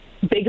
big